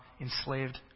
enslaved